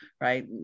right